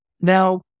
Now